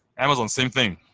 amazon, same thing.